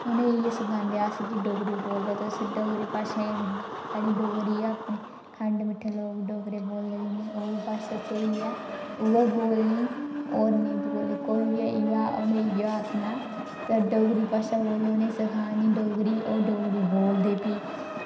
उ'नें ई इ'यै सिखांदे अस कि डोगरी बोल्लो तुस डोगरी भाशा ही साढ़ी डोगरी गै अपनी खंड मिट्ठे लोग डोगरे बोलने जिनें ई ओह् गै भाशा स्हेई ऐ उ'ऐ बोलनी होर नि बोलने कोई बी आइयै उ'नें इ'यो आखना ते डोगरी भाशा बोल्लो उ'नें ई सिखानी डोगरी ओह् डोगरी बोलदे फ्ही